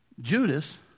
Judas